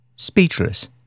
Speechless